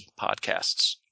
Podcasts